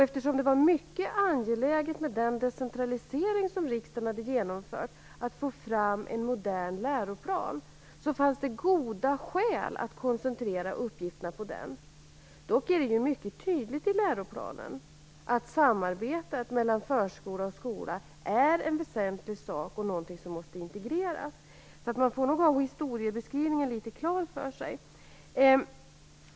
Eftersom det var mycket angeläget att få fram en modern läroplan efter den decentralisering som riksdagen hade genomfört, fanns det goda skäl att koncentrera uppgifterna på den. Dock angavs mycket tydligt i läroplanen att samarbetet mellan förskola och skola är väsentligt och någonting som måste integreras. Man måste nog har historiebeskrivningen litet klart för sig.